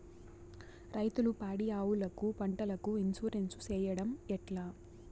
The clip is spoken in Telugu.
రైతులు పాడి ఆవులకు, పంటలకు, ఇన్సూరెన్సు సేయడం ఎట్లా?